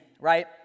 right